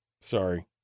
Sorry